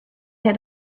had